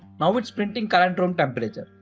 now, it's printing current room temperature,